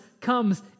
comes